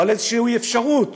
או על איזושהי אפשרות